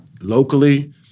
locally